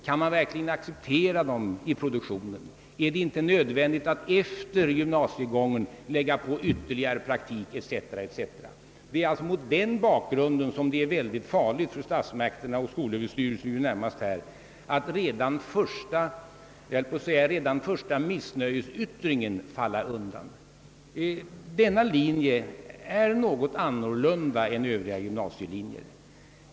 Kan man verkligen acceptera dem i produktionen? Är det inte nödvändigt att efter gymnasiegången lägga på ytterligare praktik? Mot den bakgrunden är det farligt för statsmakterna och här närmast för skolöverstyrelsen att redan vid första missnöjesyttring falla undan. Denna linje är något annorlunda än övriga gymnasielinjer.